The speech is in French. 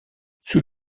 sous